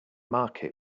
market